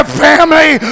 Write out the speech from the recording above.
family